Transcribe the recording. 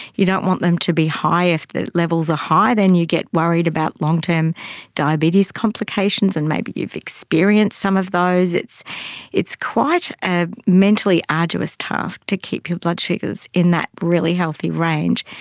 you don't want them to be high, if the levels are high then you get worried about long-term diabetes complications, and maybe you've experienced some of those. it's it's quite a mentally arduous task to keep your blood sugars in that really healthy range.